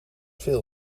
veel